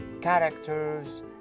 characters